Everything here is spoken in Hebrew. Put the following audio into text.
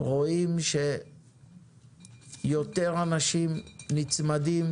רואים שיותר אנשים נצמדים